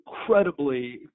incredibly